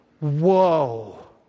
whoa